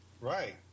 Right